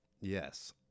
yes